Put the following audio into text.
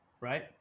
right